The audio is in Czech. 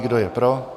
Kdo je pro?